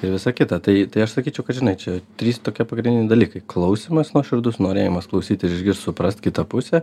ir visa kita tai tai aš sakyčiau kad žinai čia trys tokie pagrindiniai dalykai klausymas nuoširdus norėjimas klausyt ir išgirst suprast kitą pusę